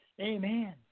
Amen